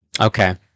Okay